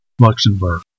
Luxembourg